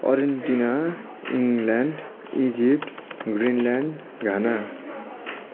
Argentina England Egypt Greenland Ghana